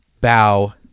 bow